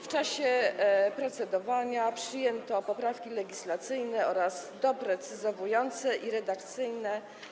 W czasie procedowania przyjęto poprawki legislacyjne oraz doprecyzowujące i redakcyjne.